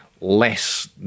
less